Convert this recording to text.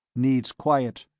needs quiet,